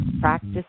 Practice